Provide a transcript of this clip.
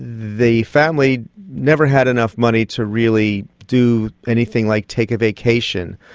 the family never had enough money to really do anything like take a vacation.